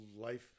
life